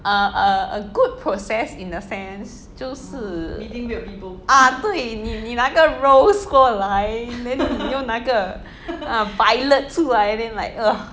a a a good process in a sense 就是 ah 对你你拿个 rose 过来 then 你用那个 violet 出来 then like uh